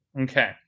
Okay